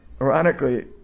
ironically